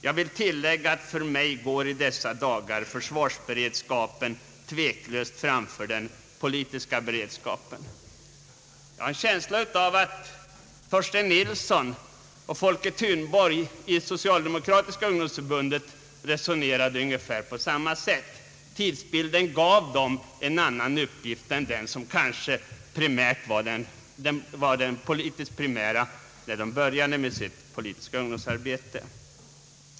Jag vill tillägga att för mig går i dessa dagar försvarsberedskapen tveklöst framför den politiska beredskapen.» Jag har en känsla av att Torsten Nilsson och Folke Thunborg i Socialdemokratiska ungdomsförbundet resonerade på ungefär samma sätt. Tidsbilden gav dem en annan uppgift än den som kanske var den politiskt primära, när de började med sitt politiska ungdomsarbete.